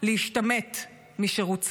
להשתמט משירות צבאי.